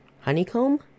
Honeycomb